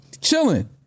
chilling